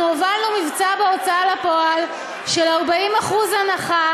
הובלנו מבצע בהוצאה לפועל של 40% הנחה